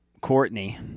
Courtney